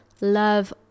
love